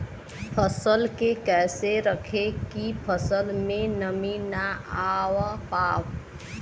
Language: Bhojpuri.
फसल के कैसे रखे की फसल में नमी ना आवा पाव?